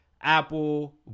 Apple